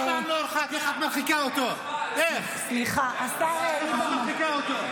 אני ------ איך את מרחיקה אותו?